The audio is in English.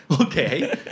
Okay